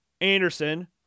Anderson